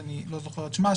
שאני לא זוכר את שמה,